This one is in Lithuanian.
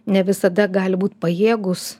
ne visada gali būt pajėgūs